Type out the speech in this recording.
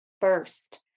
first